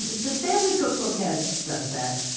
the family cookbook has duck fat,